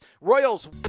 Royals